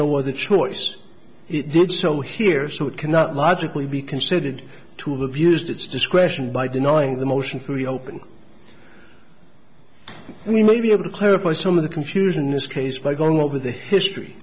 no other choice it did so here so it cannot logically be considered to have abused its discretion by denying the motion free open we may be able to clarify some of the confusion in this case by going over the history